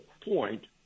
point